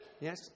Yes